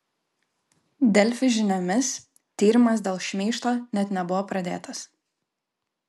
delfi žiniomis tyrimas dėl šmeižto net nebuvo pradėtas